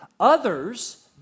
Others